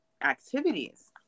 activities